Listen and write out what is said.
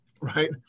right